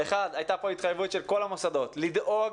הייתה כאן התחייבות של כל המוסדות לדאוג